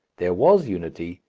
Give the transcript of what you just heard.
there was unity,